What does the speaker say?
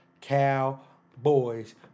Cowboys